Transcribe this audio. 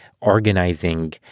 organizing